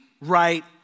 right